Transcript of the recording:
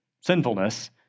sinfulness